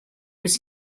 was